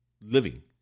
living